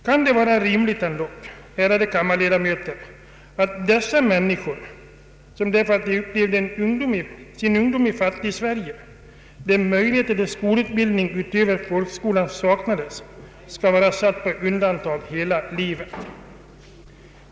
Kan det vara rimligt, ärade kammarledamöter, att dessa människor på grund av att de upplevde sin ungdom i Fattigsverige, då möjligheter till utbildning utöver folkskola saknades, skall vara satta på undantag hela livet?